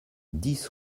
dix